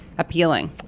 Appealing